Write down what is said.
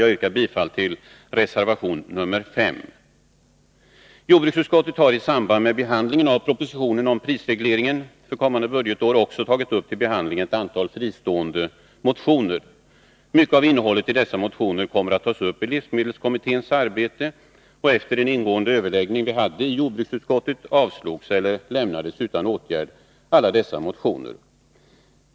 Jag yrkar bifall till reservation 5. Jordbruksutskottet har i samband med behandlingen av propositionen om prisregleringen för kommande budgetår också tagit upp till behandling ett antal fristående motioner. Mycket av innehållet i dessa motioner kommer att tas upp i livsmedelskommitténs arbete. Efter en ingående överläggning i jordbruksutskottet avstyrktes eller lämnades utan åtgärd alla dessa motioner.